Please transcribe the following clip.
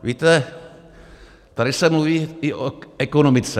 Víte, tady se mluví i o ekonomice.